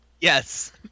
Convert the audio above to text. Yes